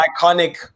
iconic